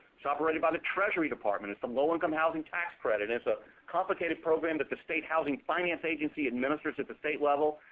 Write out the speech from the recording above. it's operated by the treasury department. it's the low income housing tax credit. and it's a complicated program that the state housing finance agency administers at the state level.